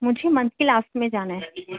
مجھے منتھ کے لاسٹ میں جانا ہے